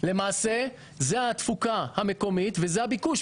למעשה זו התפוקה המקומית וזה הביקוש.